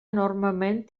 enormement